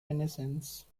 renaissance